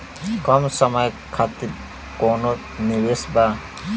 कम समय खातिर कौनो निवेश बा?